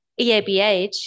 EABH